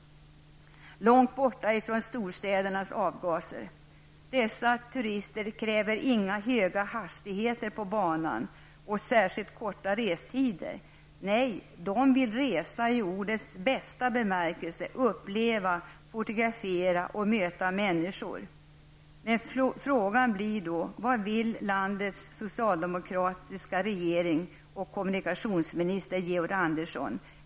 Allt detta finns långt borta från storstädernas avgaser. Dessa turister kräver inte höga hastigheter på banan eller särskilt korta restider. Nej, de vill resa i ordets bästa bemärkelse, uppleva saker och ting, fotografera och möta människor. Men frågan blir då: Vad vill landets socialdemokratiska regering och kommunikationsminister Georg Andersson?